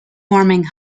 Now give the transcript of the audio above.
warming